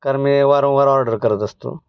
कारण मी वारंवार ऑर्डर करत असतो